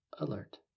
Alert